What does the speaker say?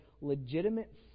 legitimate